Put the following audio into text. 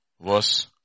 verse